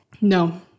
No